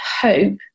hope